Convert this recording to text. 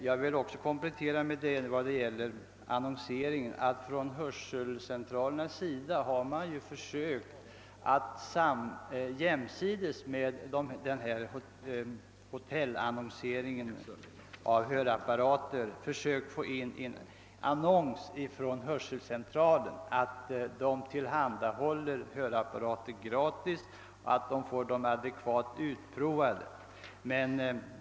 Jag vill också komplettera resonemanget om annonseringen med uppgiften att hörselcentralerna har försökt att jämsides med annonserna om hotellförsäljning av hörapparater få in annonser om att de tillhandahåller hörapparater gratis och efter adekvat utprovning.